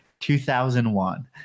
2001